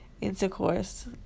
intercourse